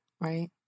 Right